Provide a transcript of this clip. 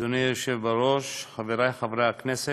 אדוני היושב בראש, חברי חברי הכנסת,